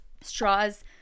straws